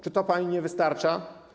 Czy to pani nie wystarcza?